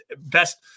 best